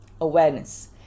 awareness